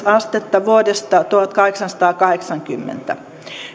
astetta vuodesta tuhatkahdeksansataakahdeksankymmentä